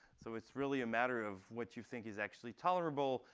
so it's really a matter of what you think is actually tolerable.